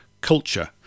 culture